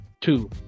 two